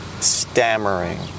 stammering